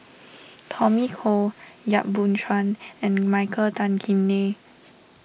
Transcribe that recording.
Tommy Koh Yap Boon Chuan and Michael Tan Kim Nei